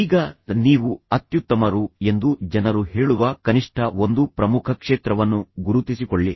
ಈಗ ನೀವು ಅತ್ಯುತ್ತಮರು ಎಂದು ಜನರು ಹೇಳುವ ಕನಿಷ್ಠ ಒಂದು ಪ್ರಮುಖ ಕ್ಷೇತ್ರವನ್ನು ಗುರುತಿಸಿಕೊಳ್ಳಿ